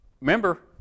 Remember